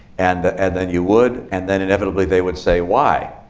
and then, you would. and then inevitably, they would say, why?